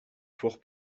fort